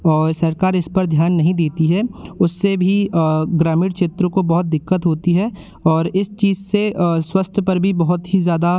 और सरकार इस पर ध्यान नहीं देती है उससे भी ग्रामीण क्षेत्रों को बहुत दिक्कत होती है और इस चीज़ से स्वास्थ्य पर भी बहुत ही ज़्यादा